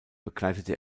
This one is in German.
begleitete